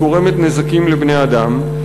היא גורמת נזקים לבני-אדם,